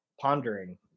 pondering